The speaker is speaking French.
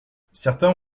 certains